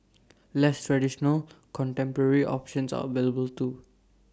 less traditional contemporary options are available too